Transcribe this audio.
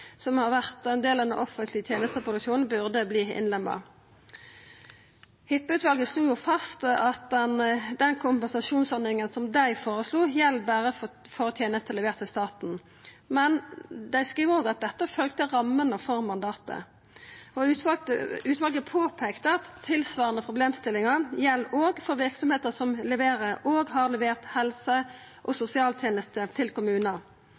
som har vore ein del av den offentlege tenesteproduksjonen, burde innlemmast. Hippe-utvalet slo fast at den kompensasjonsordninga som dei føreslo, berre gjeld for tenester som er leverte til staten. Men dei skreiv òg at dette følgde rammene for mandatet. Utvalet påpeikte at tilsvarande problemstillingar òg gjeld for verksemder som leverer og har levert helse- og sosialtenester til kommunar.